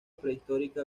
prehistórica